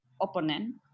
opponent